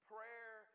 Prayer